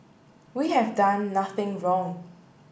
we have done nothing wrong